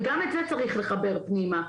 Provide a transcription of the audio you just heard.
וגם את זה צריך לחבר פנימה.